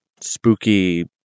spooky